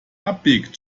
abbiegt